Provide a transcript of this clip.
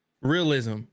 Realism